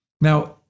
Now